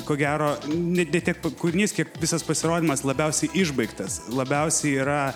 ko gero ne tiek kūrinys kiek visas pasirodymas labiausiai išbaigtas labiausiai yra